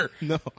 no